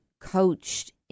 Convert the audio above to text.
coached